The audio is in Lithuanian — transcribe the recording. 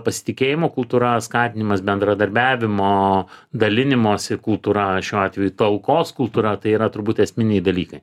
pasitikėjimo kultūra skatinimas bendradarbiavimo dalinimosi kultūra šiuo atveju talkos kultūra tai yra turbūt esminiai dalykai